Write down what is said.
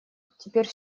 теперь